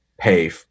pay